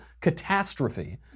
catastrophe